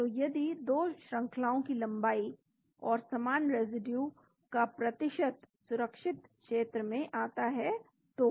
तो यदि 2 श्रंखलाों की लंबाई और समान रेसिड्यू का प्रतिशत सुरक्षित क्षेत्र में आता है तो